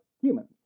humans